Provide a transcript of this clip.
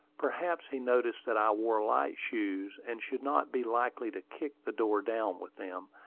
perhaps he noticed that i wore light shoes, and should not be likely to kick the door down with them,